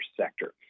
sector